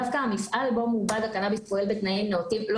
דווקא המפעל בו מעובד הקנאביס פועל בתנאים נאותים לא